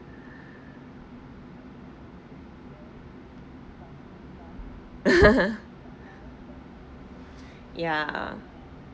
ya